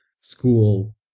school